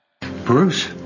Bruce